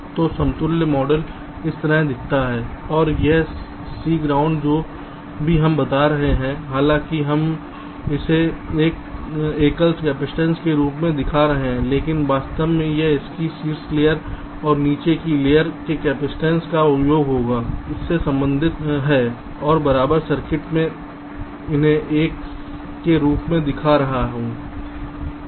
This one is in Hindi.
तो समतुल्य मॉडल इस तरह दिखता है और यह C ग्राउंड जो भी हम बात कर रहे हैं हालांकि हम इसे एक एकल कपसिटंस के रूप में दिखा रहे हैं लेकिन वास्तव में यह इसकी शीर्ष लेयर और नीचे की लेयर के कपसिटंस का योग होगा इससे संबंधित है और बराबर सर्किट मैं उन्हें एक के रूप में दिखा रहा हूं